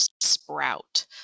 Sprout